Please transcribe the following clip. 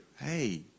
Hey